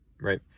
right